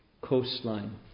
coastline